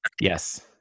Yes